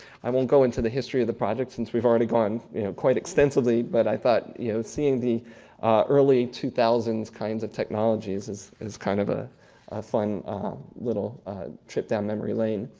i won't go into the history of the project, since we've already gone quite extensively, but i thought, you know, seeing the early two thousand s kinds of technologies is is kind of a fun little trip down memory lane.